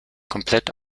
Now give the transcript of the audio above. komplett